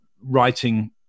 writing